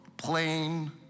plain